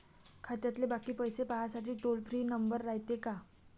खात्यातले बाकी पैसे पाहासाठी टोल फ्री नंबर रायते का?